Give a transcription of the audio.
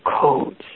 codes